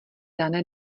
dané